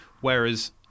whereas